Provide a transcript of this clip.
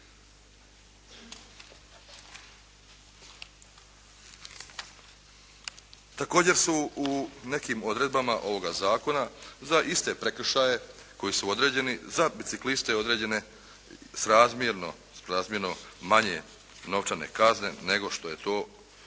Također su u nekim odredbama ovoga zakona za iste prekršaje koji su određeni za bicikliste određene srazmjerno manje novčane kazne nego što je to za